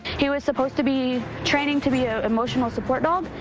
he was supposed to be training to be an emotional support dog.